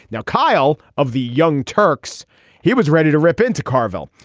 now kyle of the young turks he was ready to rip into carville.